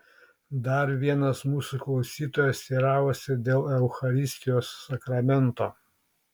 dar vienas mūsų klausytojas teiravosi dėl eucharistijos sakramento